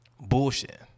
Bullshit